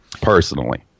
personally